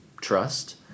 trust